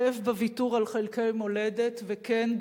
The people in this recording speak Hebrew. הכאב בוויתור על חלקי מולדת וכן,